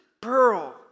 pearl